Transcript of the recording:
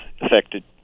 affected